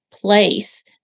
place